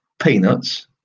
peanuts